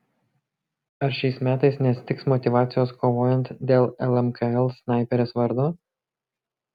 ar šiais metais nestigs motyvacijos kovojant dėl lmkl snaiperės vardo